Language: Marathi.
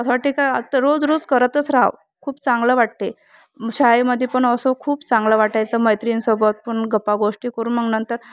असं वाटते का आता रोज रोज करतच राहावं खूप चांगलं वाटते शाळेमध्ये पण असं खूप चांगलं वाटायचं मैत्रीणींसोबत पण गप्पागोष्टी करून मग नंतर